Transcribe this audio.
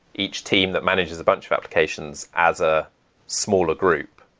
each team that manages a bunch of applications as a smaller group.